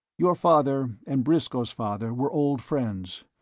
your father and briscoe's father were old friends.